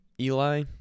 Eli